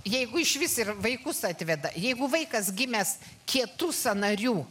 jeigu išvis ir vaikus atveda jeigu vaikas gimęs kietų sąnarių